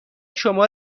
شما